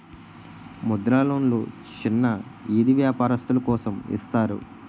ముద్ర లోన్లు చిన్న ఈది వ్యాపారస్తులు కోసం ఇస్తారు